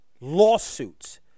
lawsuits